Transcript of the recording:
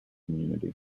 community